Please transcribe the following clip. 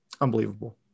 Unbelievable